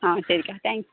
ஆ சரிக்கா தேங்க்ஸ்க்கா